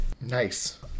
nice